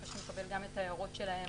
אחרי שנקבל גם את ההערות שלהם,